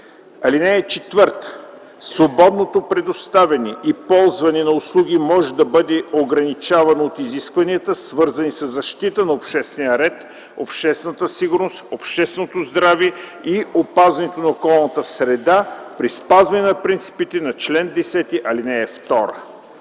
(4) Свободното предоставяне и ползване на услуги може да бъде ограничавано от изискванията, свързани със защита на обществения ред, обществената сигурност, общественото здраве и опазването на околната среда, при спазване на принципите по чл. 10, ал. 2.